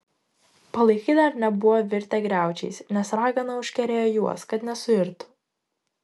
palaikai dar nebuvo virtę griaučiais nes ragana užkerėjo juos kad nesuirtų